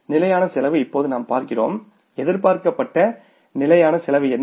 நிலையான செலவு இப்போது நாம் பார்க்கிறோம் எதிர்பார்க்கப்பட்ட நிலையான செலவு என்ன